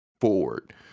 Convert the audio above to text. forward